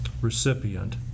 recipient